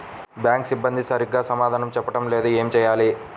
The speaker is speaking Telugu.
బ్యాంక్ సిబ్బంది సరిగ్గా సమాధానం చెప్పటం లేదు ఏం చెయ్యాలి?